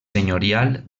senyorial